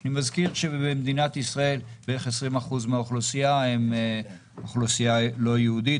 אני מזכיר שבמדינת ישראל בערך 20% מהאוכלוסייה היא אוכלוסייה לא יהודית.